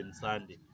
Sunday